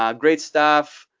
um great stuff.